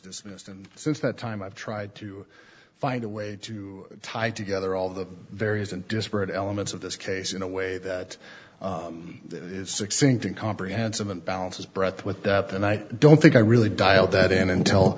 dismissed and since that time i've tried to find a way to tie together all the various and disparate elements of this case in a way that is succinct and comprehensive and balances breath with that and i don't think i really dial that in